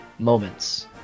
Moments